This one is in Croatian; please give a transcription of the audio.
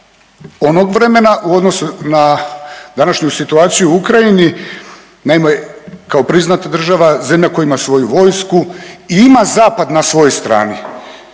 onog vremena u odnosu na današnju situaciju u Ukrajini. Naime, kao priznata država, zemlja koja ima svoju vojsku i ima zapad na svojoj strani.